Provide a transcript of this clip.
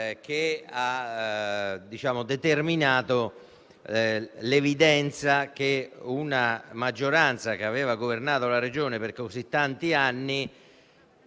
che ha determinato l'evidenza che dopo una maggioranza che aveva governato la Regione per così tanti anni,